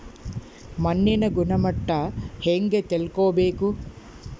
ಮಣ್ಣಿನ ಗುಣಮಟ್ಟ ಹೆಂಗೆ ತಿಳ್ಕೊಬೇಕು?